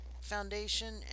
foundation